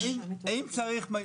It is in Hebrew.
האם צריך,